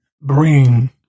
bring